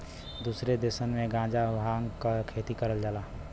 दुसरे देसन में गांजा भांग क खेती करल जाला